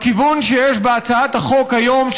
בכיוון שיש בהצעת החוק היום,